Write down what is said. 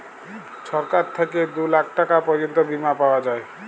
ছরকার থ্যাইকে দু লাখ টাকা পর্যল্ত বীমা পাউয়া যায়